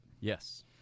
yes